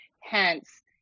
Hence